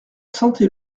sentait